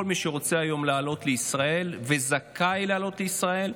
מי שרוצה היום לעלות לישראל וזכאי לעלות לישראל,